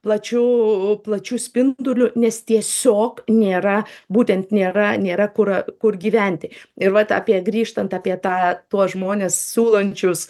plačiu plačiu spinduliu nes tiesiog nėra būtent nėra nėra kur kur gyventi ir vat apie grįžtant apie tą tuos žmones siūlančius